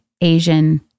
Asian